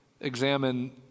examine